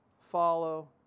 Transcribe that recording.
follow